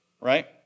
right